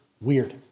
weird